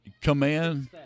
command